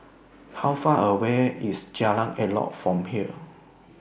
How Far away IS Jalan Elok from here